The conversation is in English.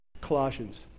Colossians